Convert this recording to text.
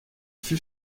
fut